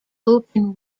open